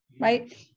Right